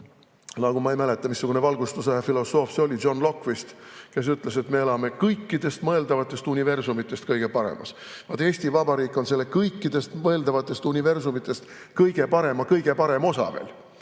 korras. Ma ei mäleta, missugune valgustusaja filosoof see oli, John Locke vist, kes ütles, et me elame kõikidest mõeldavatest universumitest kõige paremas. Vaat Eesti Vabariik on selle kõikidest mõeldavatest universumitest kõige parema kõige parem osa.